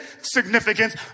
significance